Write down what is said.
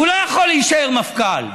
הוא לא יכול להישאר מפכ"ל.